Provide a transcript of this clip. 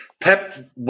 Pep